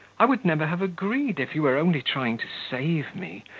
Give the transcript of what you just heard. i would never have agreed if you were only trying to save me,